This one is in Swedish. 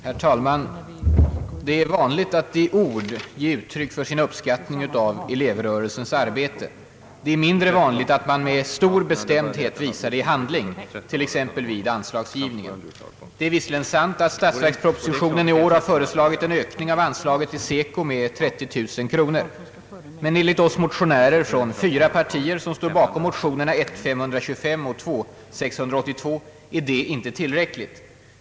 Herr talman! Det är vanligt att man i ord ger uttryck för sin uppskattning av elevrörelsens arbete. Det är mindre vanligt att man med stor bestämdhet visar det i handling, t.ex. vid anslagsgivningen. Det är visserligen sant att statsverkspropositionen i år föreslagit en ökning av anslaget till SECO med 30 000 kronor. Men enligt oss motionärer från fyra partier som står bakom motionerna I:525 och II:682 är det inte tillräckligt.